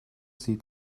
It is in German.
sieht